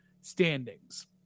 standings